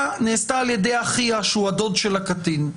נעשתה על ידי אחיה שהוא הדוד של הקטין.